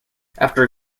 after